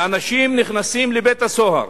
ואנשים נכנסים לבית-הסוהר,